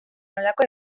nolako